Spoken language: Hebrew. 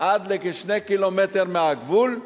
עד לכ-2 קילומטר מהגבול,